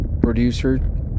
producer